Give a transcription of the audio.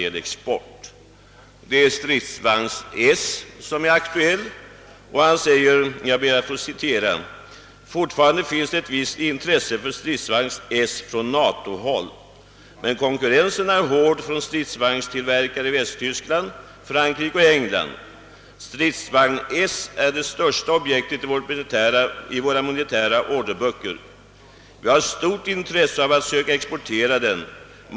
Det är närmast stridsvagn S som är aktuell, och han framhåller följande: »Fortfarande finns det ett visst intresse för stridsvagn S från Natohåll. Men konkurrensen är hård från stridsvagnstillverkare i Västtyskland, Frankrike och England. Stridsvagn S är det största objektet i våra militära orderböcker. Vi har stort intresse av att söka exportera den.